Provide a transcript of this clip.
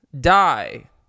die